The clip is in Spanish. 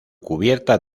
cubierta